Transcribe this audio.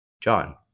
John